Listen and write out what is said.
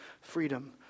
freedom